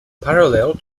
parallel